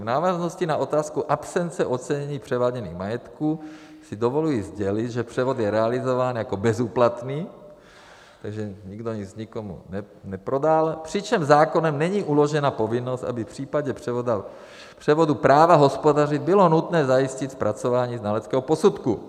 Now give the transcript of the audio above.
V návaznosti na otázku absence ocenění převáděných majetků si dovoluji sdělit, že převod je realizován jako bezúplatný, takže nikdo nic nikomu neprodal, přičemž zákonem není uložena povinnost, aby v případě převodu práva hospodařit bylo nutné zajistit zpracování znaleckého posudku.